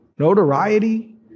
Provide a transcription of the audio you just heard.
notoriety